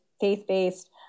faith-based